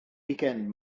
wicend